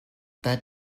that